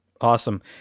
Awesome